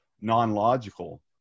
non-logical